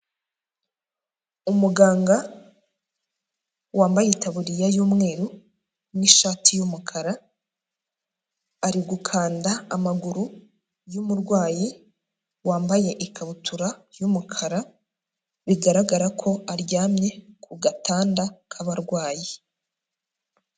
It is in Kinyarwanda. Umuganga wambaye itaburiya y'umweru n'ishati y'umukara, ari gukanda amaguru y'umurwayi wambaye ikabutura y'umukara, bigaragara ko aryamye ku gatanda k'abarwayi.